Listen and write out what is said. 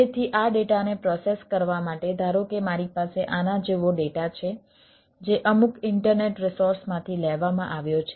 તેથી આ ડેટાને પ્રોસેસ કરવા માટે ધારો કે મારી પાસે આના જેવો ડેટા છે જે અમુક ઈન્ટરનેટ રિસોર્સમાંથી લેવામાં આવ્યો છે